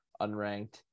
unranked